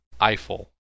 Eiffel